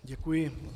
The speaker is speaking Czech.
Děkuji.